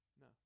No